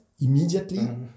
immediately